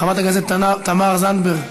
חברת הכנסת תמר זנדברג,